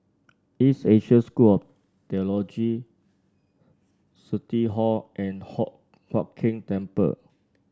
East Asia School or Theology City Hall and Hock Huat Keng Temple